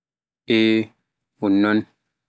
eh un noon